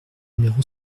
numéro